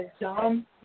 dumb